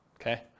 Okay